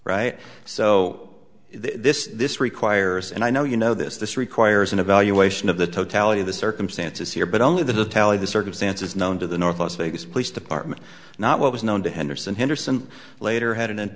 right so this this requires and i know you know this this requires an evaluation of the totality of the circumstances here but only the tally the circumstance is known to the north las vegas police department not what was known to henderson